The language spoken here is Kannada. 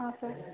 ಹಾಂ ಸರ್